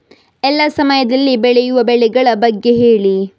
ಎಲ್ಲಾ ಸಮಯದಲ್ಲಿ ಬೆಳೆಯುವ ಬೆಳೆಗಳ ಬಗ್ಗೆ ಹೇಳಿ